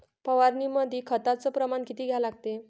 फवारनीमंदी खताचं प्रमान किती घ्या लागते?